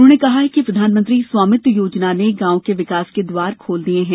उन्होंने कहा कि प्रधानमंत्री स्वामित्व योजना ने गांव के विकास के द्वार खोल दिए हैं